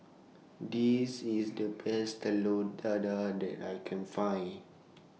This IS The Best Telur Dadah that I Can Find